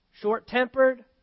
short-tempered